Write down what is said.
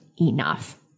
enough